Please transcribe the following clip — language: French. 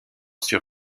sur